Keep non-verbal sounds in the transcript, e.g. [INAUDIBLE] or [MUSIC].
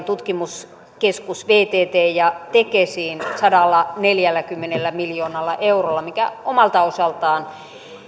[UNINTELLIGIBLE] tutkimuskeskus vtthen ja tekesiin sadallaneljälläkymmenellä miljoonalla eurolla mikä omalta osaltaan